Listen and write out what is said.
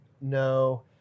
No